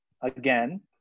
again